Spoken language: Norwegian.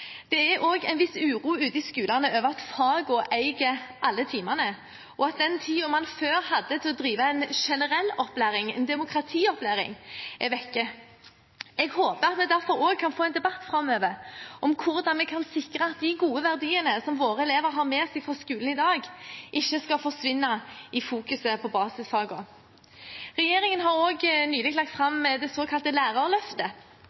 Det er også en viss uro ute i skolene over at fagene eier alle timene, og at den tiden man før hadde til å drive en generell opplæring – demokratiopplæring – er borte. Jeg håper derfor vi framover kan få en debatt om hvordan vi kan sikre at de gode verdiene som våre elever har med seg fra skolen i dag, ikke skal forsvinne i all fokuseringen på basisfagene. Regjeringen har også nylig lagt